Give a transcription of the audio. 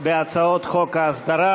לדיון בהצעות חוק ההסדרה.